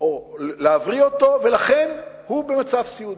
או להבריא אותו, ולכן הוא במצב סיעודי.